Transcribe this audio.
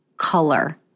Color